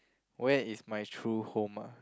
where is my true home ah